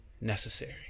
necessary